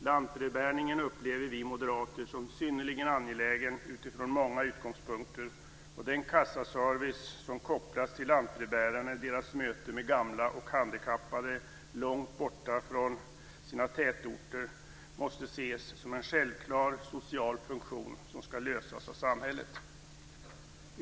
Lantbrevbäringen upplever vi moderater som synnerligen angelägen utifrån många utgångspunkter. Den kassaservice som kopplas till lantbrevbärarna i deras möte med gamla och handikappade, långt borta från sina tätorter, måste ses som en självklar social funktion som ska lösas av samhället.